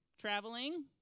Traveling